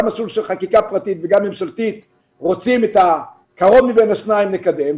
גם מסלול של חקיקה פרטית וגם ממשלתית ורוצים את הקרוב מבין שתיהן לקדם.